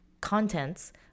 contents